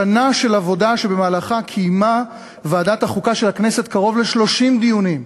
שנה של עבודה שבמהלכה קיימה ועדת החוקה של הכנסת קרוב ל-30 דיונים,